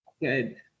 Good